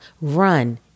run